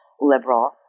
liberal